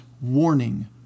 warning